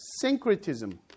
syncretism